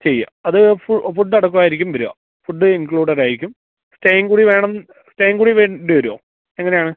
ചെയ്യുക അത് ഫൂഡ് അടക്കമായിരിക്കും വരിക ഫുഡ് ഇൻക്ലൂഡഡായിരിക്കും സ്റ്റേയും കൂടി വേണം സ്റ്റേയും കൂടി വേണ്ടിവരുമോ എങ്ങനെയാണ്